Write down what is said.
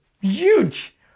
huge